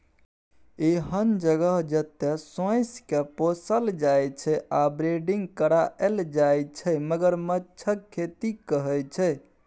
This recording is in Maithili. एहन जगह जतय सोंइसकेँ पोसल जाइ छै आ ब्रीडिंग कराएल जाइ छै मगरमच्छक खेती कहय छै